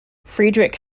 friedrich